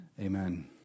Amen